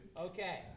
Okay